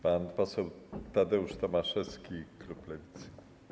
Pan poseł Tadeusz Tomaszewski, klub Lewicy.